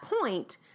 point